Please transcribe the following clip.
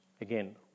Again